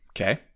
Okay